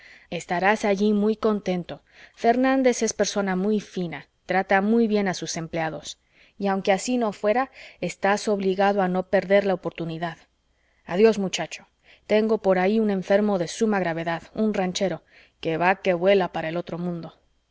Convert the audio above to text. estarás allí muy contento fernández es persona muy fina trata muy bien a sus empleados y aunque así no fuera estás obligado a no perder la oportunidad adiós muchacho tengo por ahí un enfermo de suma gravedad un ranchero que va que vuela para el otro mundo